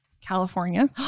California